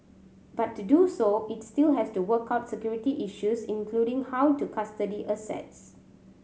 but to do so it still has to work out security issues including how to custody assets